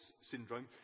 syndrome